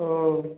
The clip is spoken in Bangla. ও